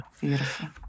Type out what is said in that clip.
beautiful